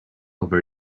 over